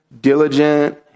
diligent